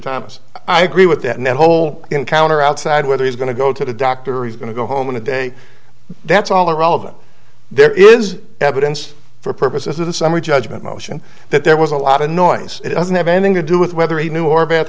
thomas i agree with that and the whole encounter outside whether he's going to go to the doctor or he's going to go home on a day that's all irrelevant there is evidence for purposes of the summary judgment motion that there was a lot of noise it doesn't have anything to do with whether he knew or bad